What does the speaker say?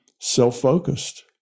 self-focused